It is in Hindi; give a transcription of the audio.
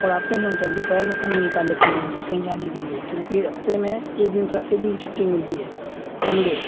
और आफ्टरनून टाइम दोपहर में समय निकाल लेते हैं हम लोग कहीं जाने के लिए क्योंकि हफ़्ते में एक दिन एक दिन छुट्टी मिलती है संडे को